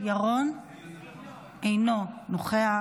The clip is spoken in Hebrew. אינו נוכח.